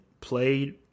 played